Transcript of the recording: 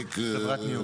חבר הכנסת מלול,